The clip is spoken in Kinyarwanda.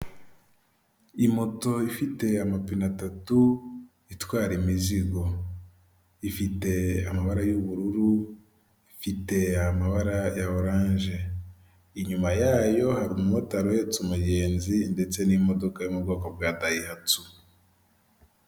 Ndabona ibicu by'umweru ndabona ahandi higanjemo ibara ry'ubururu bw'ikirere ndabona inkuta zubakishijwe amatafari ahiye ndabona ibiti binyuze muri izo nkuta ndabona imfungwa cyangwa se abagororwa nta misatsi bafite bambaye inkweto z'umuhondo ubururu n'umukara ndabona bafite ibikoresho by'ubuhinzi n'umusaruro ukomoka ku buhinzi nk'ibihaza ndabona bafite amasuka, ndabona iruhande rwabo hari icyobo.